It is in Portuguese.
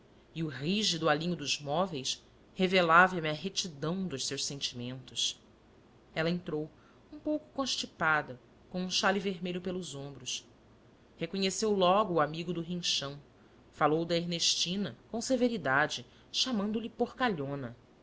e o rígido alinho dos móveis revelava me a retidão dos seus sentimentos ela entrou um pouco constipada com um xale vermelho pelos ombros reconheceu logo o amigo do rinchão falou da ernestina com severidade chamando-lhe porcalhona